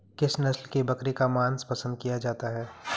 किस नस्ल की बकरी का मांस पसंद किया जाता है?